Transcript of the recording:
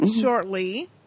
shortly